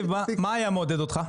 זיו, מה היה מעודד אותך?